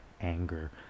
anger